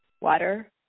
water